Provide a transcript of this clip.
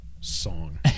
Song